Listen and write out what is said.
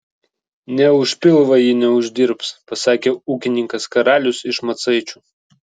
nė už pilvą ji neuždirbs pasakė ūkininkas karalius iš macaičių